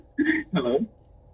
Hello